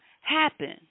happen